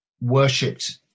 worshipped